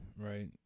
right